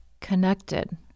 connected